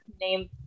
name